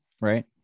right